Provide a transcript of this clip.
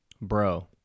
bro